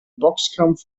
boxkampf